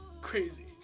crazy